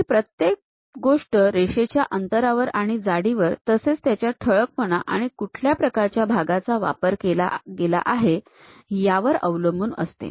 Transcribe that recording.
तर ही प्रत्येक गोष्ट रेषेच्या अंतरावर आणि जाडीवर तसेच त्याचा ठळकपणा आणि कुठल्या प्रकारच्या भागाचा वापर केला गेला आहे यावर अवलंबून असते